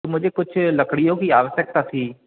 तो मुझे कुछ लकड़ियों की आवश्यकता थी